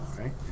right